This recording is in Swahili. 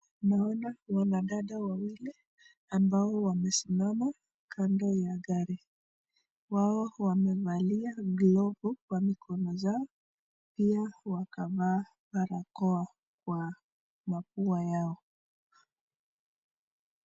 Naona wanadada wawili ambao wamesimama kando ya gari. Wao wamevalia glovu kwa mikono zao pia wakavalia barakoa kwa mapua yao.